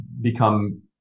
become